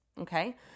Okay